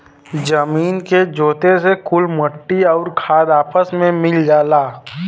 जमीन के जोते से कुल मट्टी आउर खाद आपस मे मिल जाला